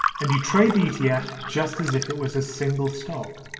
and you trade the the etf just as if it was a single stock.